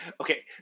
okay